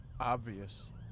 obvious